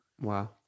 Wow